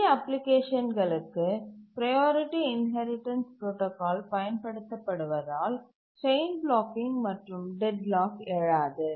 சிறிய அப்ளிகேஷன்களுக்கு priority inheritance protocol பயன்படுத்தப்படுவதால் செயின் பிளாக்கிங் மற்றும் டெட்லாக் எழாது